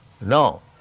no